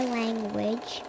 language